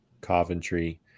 Coventry